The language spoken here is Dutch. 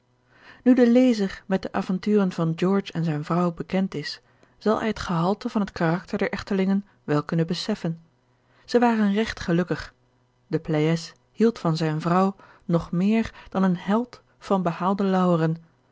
nu de lezer met de avonturen van george en zijne vrouw bekend is zal hij het gehalte van het karakter der echtelingen wel kunnen beseffen zij waren regt gelukkig de pleyes hield van zijne vrouw nog meer dan een held van behaalde lauweren